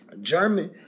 German